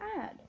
add